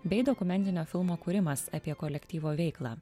bei dokumentinio filmo kūrimas apie kolektyvo veiklą